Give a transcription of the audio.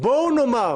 בואו נאמר